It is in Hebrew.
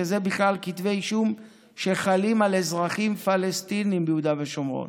שהם בכלל כתבי אישום שחלים על אזרחים פלסטינים ביהודה ושומרון,